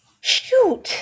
Shoot